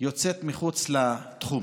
יוצאת מחוץ לתחום.